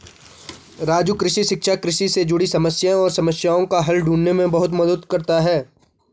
राजू कृषि शिक्षा कृषि से जुड़े समस्याएं और समस्याओं का हल ढूंढने में बहुत मदद करता है